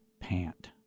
pant